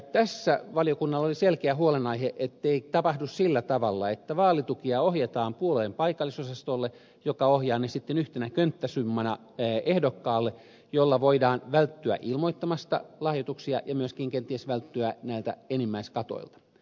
tässä valiokunnalla oli selkeä huolenaihe ettei tapahdu sillä tavalla että vaalitukia ohjataan puolueen paikallisosastolle joka ohjaa ne sitten yhtenä könttäsummana ehdokkaalle millä voidaan välttyä ilmoittamasta lahjoituksia ja myöskin kenties välttyä näiltä enimmäiskatoilta